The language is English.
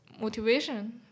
motivation